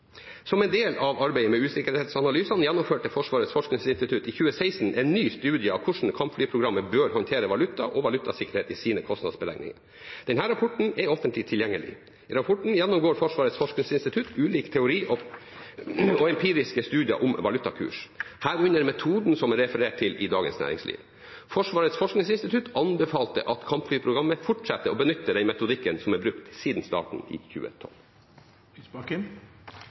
Som en del av arbeidet med usikkerhetsanalysene gjennomførte Forsvarets forskningsinstitutt i 2016 en ny studie av hvordan kampflyprogrammet bør håndtere valuta og valutasikkerhet i sine kostnadsberegninger. Denne rapporten er offentlig tilgjengelig. I rapporten gjennomgår Forsvarets forskningsinstitutt ulik teori og empiriske studier om valutakurs, herunder metoden som er referert til i Dagens Næringsliv. Forsvarets forskningsinstitutt anbefalte at kampflyprogrammet fortsetter å benytte den metodikken som er brukt siden starten i